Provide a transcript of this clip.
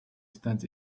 stands